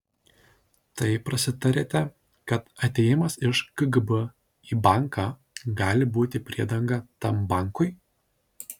tai prasitarėte kad atėjimas iš kgb į banką gali būti priedanga tam bankui